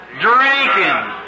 Drinking